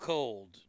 Cold